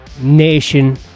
nation